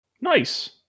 nice